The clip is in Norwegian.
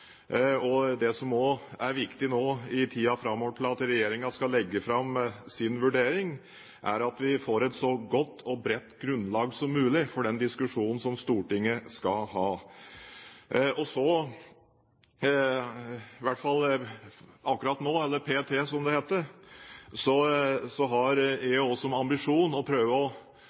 bra. Det som også er viktig nå i tiden framover til regjeringen skal legge fram sin vurdering, er at vi får et så godt og bredt grunnlag som mulig for den diskusjonen som Stortinget skal ha. I hvert fall akkurat nå – eller p.t., som det heter – har jeg også som ambisjon å prøve å